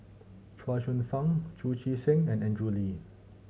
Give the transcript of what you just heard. Chuang Hsueh Fang Chu Chee Seng and Andrew Lee